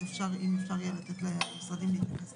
אז אם אפשר יהיה לתת למשרדים להתייחס.